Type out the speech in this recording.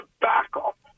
backup